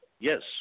Yes